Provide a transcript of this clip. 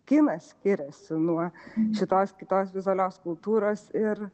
kinas skiriasi nuo šitos kitos vizualios kultūros ir